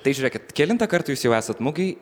tai žiūrėkit kelintą kartą jūs jau esat mugėj